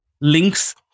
links